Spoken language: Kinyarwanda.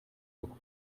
uku